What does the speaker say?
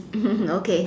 okay